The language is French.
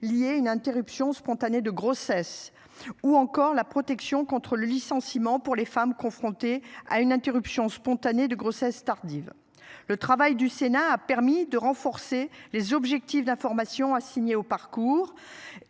liées une interruption spontanée de grossesse ou encore la protection contre le licenciement pour les femmes confrontées à une interruption spontanée de grossesse tardive. Le travail du Sénat a permis de renforcer les objectifs d'information a signé au parcours